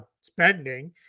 spending